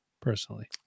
personally